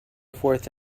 forth